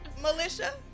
Militia